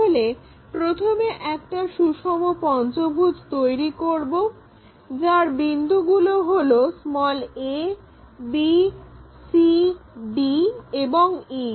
তাহলে প্রথমে একটা সুষম পঞ্চভুজ তৈরি করবো যার বিন্দুগুলো হলো a b c d এবং e